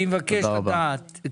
אני מבקש לדעת,